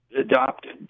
adopted